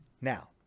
Now